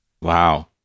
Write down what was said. Wow